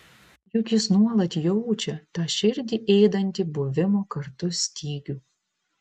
juk jis nuolat jaučia tą širdį ėdantį buvimo kartu stygių